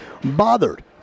bothered